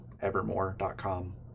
evermore.com